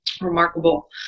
Remarkable